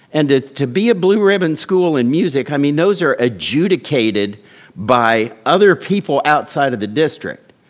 and to be a blue ribbon school in music, i mean those are adjudicated by other people outside of the district.